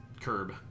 curb